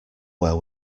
where